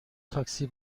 تاکسی